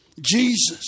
Jesus